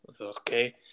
Okay